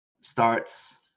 starts